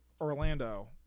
Orlando